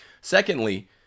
Secondly